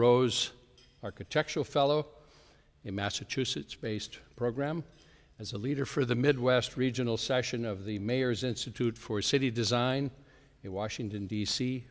rose architectural fellow a massachusetts based program as a leader for the midwest regional session of the mayor's institute for city design a washington d c